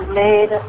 made